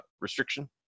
restriction